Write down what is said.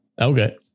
Okay